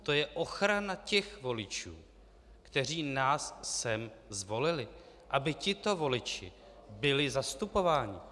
To je ochrana těch voličů, kteří nás sem zvolili, aby tito voliči byli zastupováni.